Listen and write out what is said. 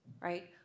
right